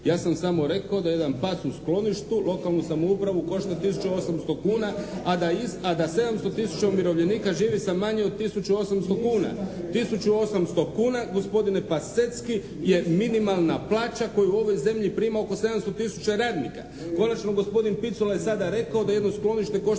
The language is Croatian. Ja sam samo rekao da jedan pas u skloništu lokalnu samoupravu košta tisuću 800 kuna, a da 700 tisuća umirovljenika živi sa manje od tisuću 800 kuna. Tisuću 800 kuna gospodine Pasecky je minimalna plaća koju u ovoj zemlji prima oko 700 tisuća radnika. Konačno, gospodin Picula je sada rekao da jedno sklonište košta